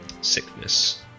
sickness